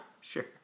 sure